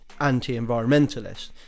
anti-environmentalist